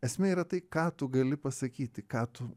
esmė yra tai ką tu gali pasakyti ką tu